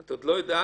את עוד לא יודעת.